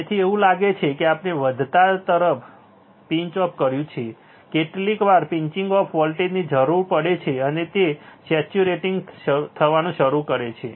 તેથી એવું લાગે છે કે આપણે વધવા તરફ પિન્ચ ઑફ કર્યું છે કેટલીકવાર પિંચિંગ ઑફ વોલ્ટેજની જરૂર પડે છે અને તે સેચ્યુરેટિંગ થવાનું શરૂ કરે છે